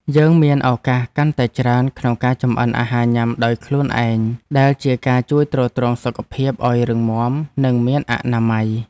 យើងមានឱកាសកាន់តែច្រើនក្នុងការចម្អិនអាហារញ៉ាំដោយខ្លួនឯង ដែលជាការជួយទ្រទ្រង់សុខភាពឱ្យរឹងមាំនិងមានអនាម័យ។